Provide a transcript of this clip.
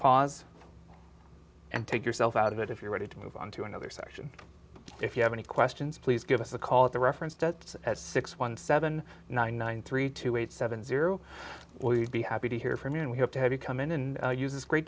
pause and take yourself out of it if you're ready to move on to another section if you have any questions please give us a call at the reference to six one seven nine nine three two eight seven zero we'd be happy to hear from you and we have to have you come in and use this great